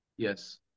Yes